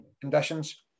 conditions